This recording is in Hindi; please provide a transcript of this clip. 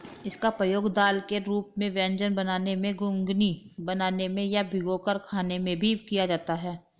इसका प्रयोग दाल के रूप में व्यंजन बनाने में, घुघनी बनाने में या भिगोकर खाने में भी किया जाता है